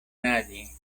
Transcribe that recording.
nadie